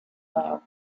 now